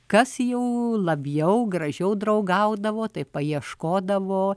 kas jau labiau gražiau draugaudavo tai paieškodavo